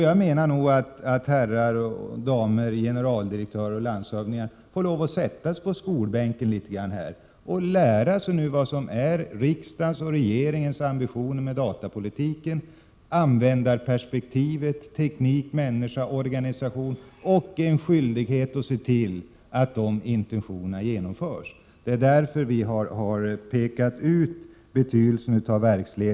Jag menar att herrar och damer generaldirektörer och landshövdingar får lov att sätta sig på skolbänken litet grand och lära sig vad som är riksdagens och regeringens ambitioner med datapolitiken — användarperspektivet, teknik, människa, organisation — och se till att intentionerna genomförs. Det är därför vi har pekat ut verksledningarnas betydelse.